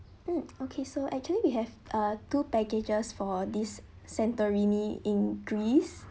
mm okay so actually we have uh two packages for this santorini in greece